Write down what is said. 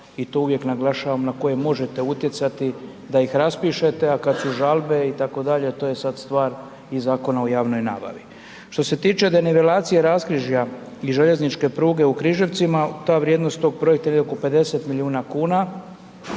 i to uvijek naglašavam na koje možete utjecati da ih raspišete a kada su žalbe itd., to je sad stvar i Zakona o javnoj nabavi. Što se tiče denivelacije raskrižja i željezničke pruge u Križevcima, ta vrijednost tog projekta je negdje oko 50 milijuna kuna,